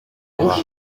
bras